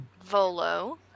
Volo